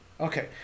Okay